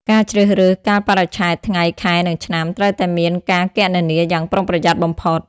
ការជ្រើសរើសកាលបរិច្ឆេទ ថ្ងៃ ខែ និងឆ្នាំត្រូវតែមានការគណនាយ៉ាងប្រុងប្រយ័ត្នបំផុត។